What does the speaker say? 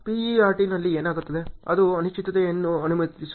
PERT ನಲ್ಲಿ ಏನಾಗುತ್ತದೆ ಅದು ಅನಿಶ್ಚಿತತೆಯನ್ನು ಅನುಮತಿಸುತ್ತದೆ